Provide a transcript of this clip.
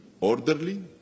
orderly